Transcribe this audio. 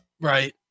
Right